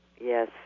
yes